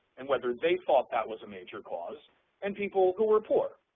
and whether they thought that was a major cause and people who were poor,